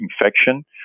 infection